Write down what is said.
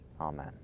Amen